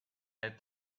had